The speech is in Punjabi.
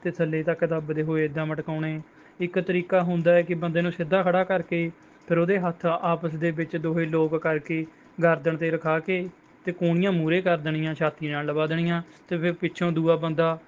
ਅਤੇ ਥੱਲੇ ਤੱਕ ਦੱਬਦੇ ਹੋਏ ਇੱਦਾਂ ਮਟਕਾਉਣੇ ਇੱਕ ਤਰੀਕਾ ਹੁੰਦਾ ਹੈ ਕਿ ਬੰਦੇ ਨੂੰ ਸਿੱਧਾ ਖੜ੍ਹਾ ਕਰਕੇ ਫਿਰ ਉਹਦੇ ਹੱਥ ਆਪਸ ਦੇ ਵਿੱਚ ਦੋਵੇਂ ਲੌਕ ਕਰਕੇ ਗਰਦਨ 'ਤੇ ਰਖਾ ਕੇ ਅਤੇ ਕੂਣੀਆਂ ਮੂਹਰੇ ਕਰ ਦੇਣੀਆਂ ਛਾਤੀ ਨਾਲ ਲਗਾ ਦੇਣੀਆਂ ਅਤੇ ਫਿਰ ਪਿੱਛੋਂ ਦੂਜਾ ਬੰਦਾ